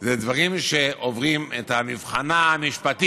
אחראי לכך, אלה דברים שעוברים את המבחן המשפטי.